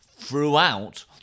throughout